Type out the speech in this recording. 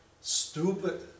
stupid